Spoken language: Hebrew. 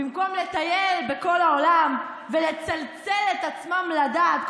במקום לטייל בכל העולם ולצלצל את עצמם לדעת,